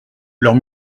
leurs